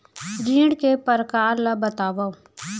ऋण के परकार ल बतावव?